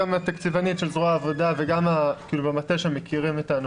אמרתי גם לתקציבנית של זרוע העבודה וגם במטה שמכירים את הנושא,